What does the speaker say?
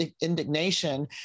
indignation